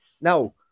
Now